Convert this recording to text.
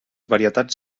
varietats